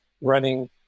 running